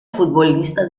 futbolista